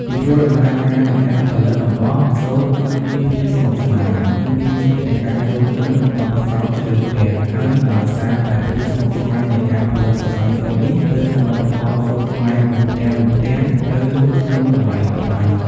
ពីព្រោះដំណើរការនៃការផលិតអំបោះសូត្រគឺមានភាពស្មុគស្មាញ និងទាមទារទាំងការយល់ ដឹង និងបទពិសោធន៍ជ្រៅជ្រះ ហើយដោយសារតែភាពស្មុគស្មាញនៃការផលិតសសៃសូត្រនេះ ទើបសមិទ្ធផលសូត្រខ្មែរមួយផ្ទាំងៗត្រូវលក់ក្នុងតម្លៃថ្លៃ។